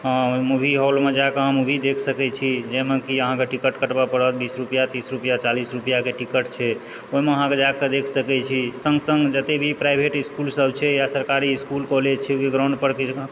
movie हॉलमे जा कऽ अहाँ मूवी देख सकै छी जाहिमे कि अहाँके टिकट कटबऽ पड़त बीस रुपैआ तीस रुपैआ चालीस रुपैआके टिकट छै ओहिमे अहाँकेँ जा कऽ देख सकैत छी सङ्ग सङ्ग जतेक भी प्राइवेट इस्कुलसभ छै या सरकारी इस्कुल कॉलेज छै ओहि ग्राउण्डपर